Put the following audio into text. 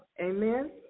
Amen